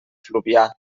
fluvià